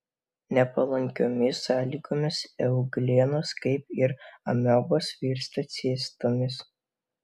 nepalankiomis sąlygomis euglenos kaip ir amebos virsta cistomis